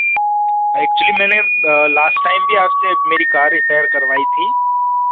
actually मैंने ब last time भी आपसे मेरी कार रिपेयर करवाई थी